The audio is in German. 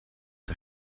das